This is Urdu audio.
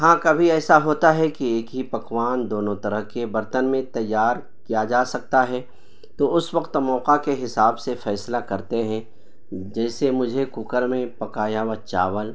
ہاں کبھی ایسا ہوتا ہے کہ ایک ہی پکوان دونوں طرح کے برتن میں تیار کیا جا سکتا ہے تو اس وقت موقعہ کے حساب سے فیصلہ کرتے ہیں جیسے مجھے کوکر میں پکایا ہوا چاول